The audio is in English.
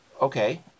Okay